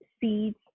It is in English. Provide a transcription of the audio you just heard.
seeds